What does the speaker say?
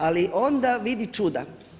Ali onda vidi čuda.